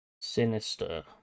Sinister